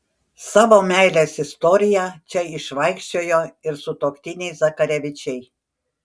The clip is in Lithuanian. savo meilės istoriją čia išvaikščiojo ir sutuoktiniai zakarevičiai